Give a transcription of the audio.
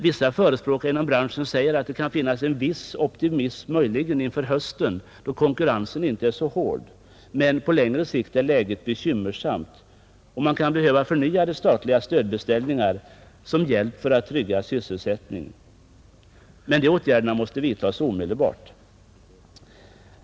Vissa förespråkare för branschen säger att det möjligen kan finnas en viss optimism inför hösten, då konkurrensen inte är så hård, men på längre sikt är läget bekymmersamt, och man kan behöva förnyade statliga stödbeställningar som hjälp för att trygga sysselsättningen. Men de åtgärderna måste vidtas omedelbart.